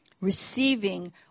Receiving